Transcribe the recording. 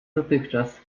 dotychczas